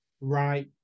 right